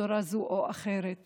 בצורה זו או אחרת